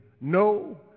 no